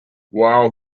while